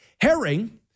Herring